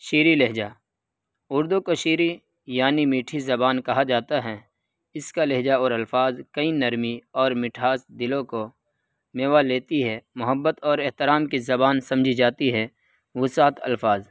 شیریں لہجہ اردو کو شیریں یعنی میٹھی زبان کہا جاتا ہے اس کا لہجہ اور الفاظ کی نرمی اور مٹھاس دلوں کو موہ لیتی ہے محبت اور احترام کی زبان سمجھی جاتی ہے وسعت الفاظ